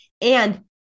And-